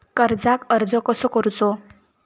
कर्जाक अर्ज कसो करूचो?